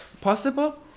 possible